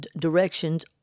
directions